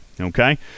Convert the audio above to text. okay